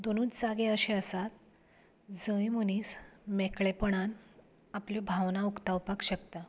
दोनूच जागे अशें आसात जंय मनीस मेकळेपणान आपल्यो भावना उक्तावपाक शकता